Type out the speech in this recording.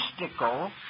mystical